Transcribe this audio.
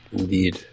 indeed